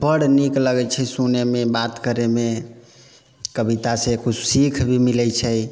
बड्ड नीक लगै छै सुनैमे बात करैमे कवितासँ किछु सीख भी मिलै छै